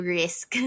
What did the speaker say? risk